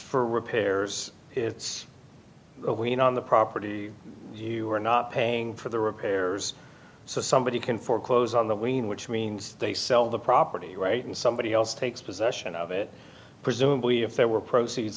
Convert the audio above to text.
for repairs it's you know on the property you are not paying for the repairs so somebody can foreclose on the green which means they sell the property right and somebody else takes possession of it presumably if there were proceeds